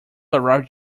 arrive